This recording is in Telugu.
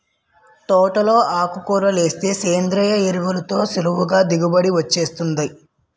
తోటలో ఆకుకూరలేస్తే సేంద్రియ ఎరువులతో సులువుగా దిగుబడి వొచ్చేత్తాది